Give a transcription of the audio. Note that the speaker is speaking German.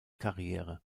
karriere